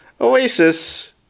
Oasis